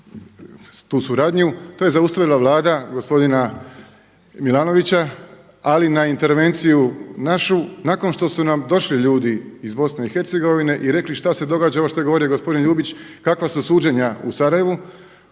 tu suradnju. To je zaustavila Vlada gospodina Milanovića, ali na intervenciju nakon što su nam došli ljudi iz Bosne i Hercegovine i rekli što se događa ovo što je govorio gospodin Ljubić kakva su suđenja u Sarajevu,